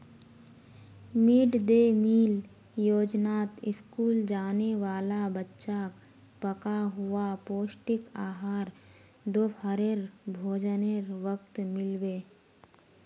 mid day meal योजनात school जाने वाला बच्चाक पका हुआ पौष्टिक आहार दोपहरेर भोजनेर वक़्तत मिल बे